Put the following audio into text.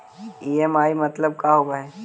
EMI मतलब का होब हइ?